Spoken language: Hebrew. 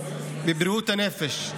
בבריאות הנפש.